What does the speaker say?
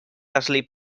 eslip